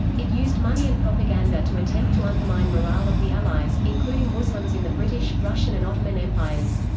it used money and propaganda to attempt to undermine morale of the allies, including muslims in the british, russian and ottoman empires.